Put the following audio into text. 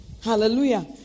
Hallelujah